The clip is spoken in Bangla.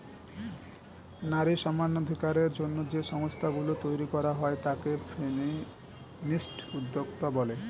নারী সমানাধিকারের জন্য যে সংস্থা গুলো তৈরী করা হয় তাকে ফেমিনিস্ট উদ্যোক্তা বলে